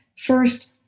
First